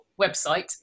website